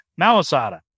malasada